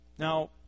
Now